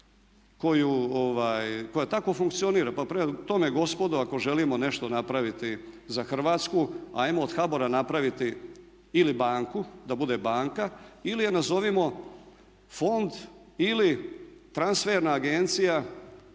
koja tako funkcionira. Pa prema tome gospodo ako želimo nešto napraviti za Hrvatsku ajmo od HBOR-a napraviti ili banku, da bude banka ili je nazovimo fond ili transferna agencija